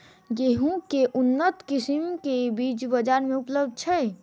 गेंहूँ केँ के उन्नत किसिम केँ बीज बजार मे उपलब्ध छैय?